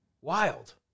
Wild